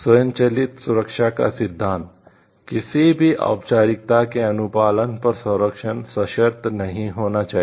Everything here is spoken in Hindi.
स्वचालित सुरक्षा का सिद्धांत किसी भी औपचारिकता के अनुपालन पर संरक्षण सशर्त नहीं होना चाहिए